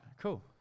Cool